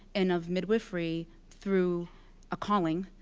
and of midwifery, through a calling.